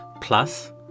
Plus